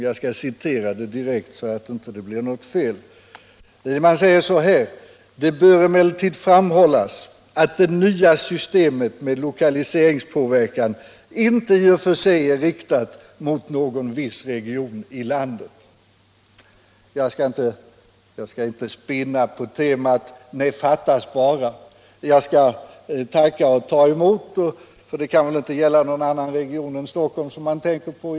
Jag skall citera direkt vad utskottet lovar, så att det inte blir något fel: ”Det bör emellertid framhållas att det nya systemet med lokaliseringspåverkan inte i och för sig är riktat mot någon viss region i landet.” Jag skall inte spinna på temat ”nej, fattas bara” — jag skall tacka och ta emot, för det kan väl inte gälla någon annan region än Stockholm.